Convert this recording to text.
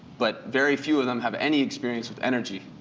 but very few of them have any experience with energy.